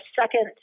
second